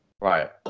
Right